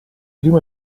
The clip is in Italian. primo